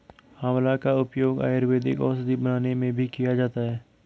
आंवला का उपयोग आयुर्वेदिक औषधि बनाने में भी किया जाता है